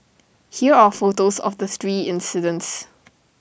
here are photos of the three incidents